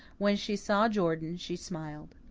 when she saw jordan she smiled.